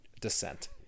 descent